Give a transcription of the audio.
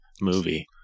movie